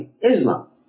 Islam